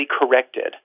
corrected